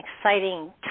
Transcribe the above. exciting